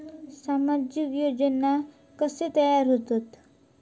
सामाजिक योजना कसे तयार होतत?